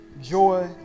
joy